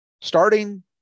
starting